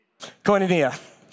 Koinonia